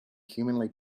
humanly